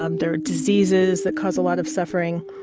um there are diseases that cause a lot of suffering.